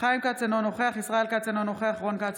חיים כץ, אינו נוכח ישראל כץ, אינו נוכח